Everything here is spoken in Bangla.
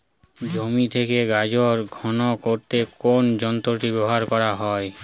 জমি থেকে গাজর খনন করতে কোন যন্ত্রটি ব্যবহার করা হয়?